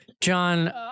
John